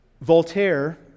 Voltaire